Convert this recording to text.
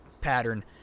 pattern